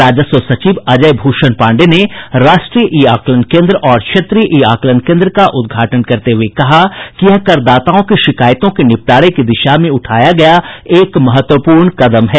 राजस्व सचिव अजय भूषण पांडेय ने राष्ट्रीय ई आकलन केन्द्र और क्षत्रीय ई आकलन केन्द्र का उदघाटन करते हुए कहा कि यह करदाताओं की शिकायतों के निपटारे दिशा में उठाया गया एक महत्वपूर्ण कदम है